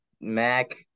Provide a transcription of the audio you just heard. Mac